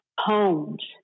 homes